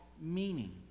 meaning